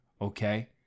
okay